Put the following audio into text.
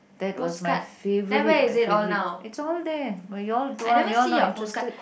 that was my favourite my favourite it's all there but you all don't want you all not interested